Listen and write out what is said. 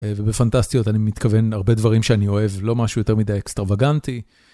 ובפנטסטיות אני מתכוון הרבה דברים שאני אוהב לא משהו יותר מדי אקסטרווגנטי.